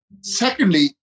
Secondly